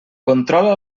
controla